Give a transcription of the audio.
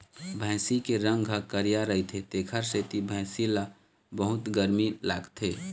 भइसी के रंग ह करिया रहिथे तेखरे सेती भइसी ल बहुत गरमी लागथे